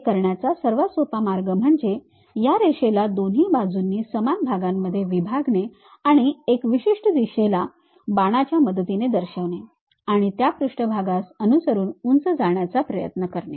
हे करण्याचा सर्वात सोपा मार्ग म्हणजे या रेषेला दोन्ही बाजूंनी समान भागांमध्ये विभागणे आणि एक विशिष्ट दिशेला बाणाच्या मदतीने दर्शविणे आणि त्या पृष्ठभागास अनुसरून उंच जाण्याचा प्रयत्न करणे